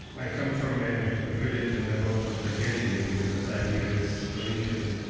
i come from a village in the north of the galilee, near the tiberias region.